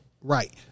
Right